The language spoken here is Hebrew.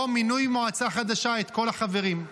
או מינוי מועצה חדשה, את כל החברים.